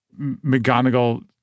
McGonagall